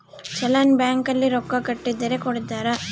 challan bank ಅಲ್ಲಿ ರೊಕ್ಕ ಕಟ್ಟಿದರ ಕೋಡ್ತಾರ